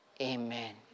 Amen